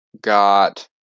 Got